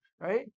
right